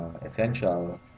essential